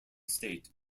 state